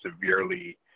severely